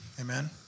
Amen